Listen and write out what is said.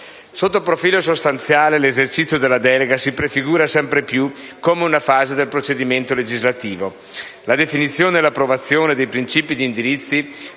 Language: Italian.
Sotto il profilo sostanziale, l'esercizio della delega si prefigura sempre più come una fase del procedimento legislativo. La definizione e l'approvazione dei principi di indirizzo